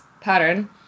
pattern